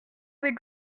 avec